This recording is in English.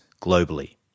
globally